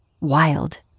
Wild